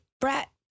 brat